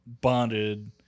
bonded